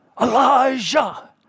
Elijah